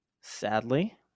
Sadly